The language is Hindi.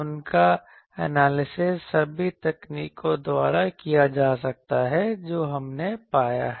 उनका एनालिसिस उसी तकनीकों द्वारा किया जा सकता है जो हमने पाया है